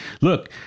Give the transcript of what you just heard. look